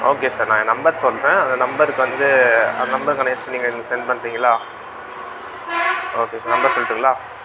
okay sir நான் என் number சொல்கிறேன் அந்த நம்பருக்கு வந்து அந்த நம்பருக்கான எஸ் நீங்கள் எனக்கு செண்ட் பண்ணுறிங்களா ஓகே சார் நம்பர் சொல்லட்டுங்களா